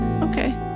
okay